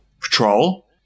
Patrol